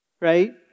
right